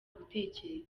gutekereza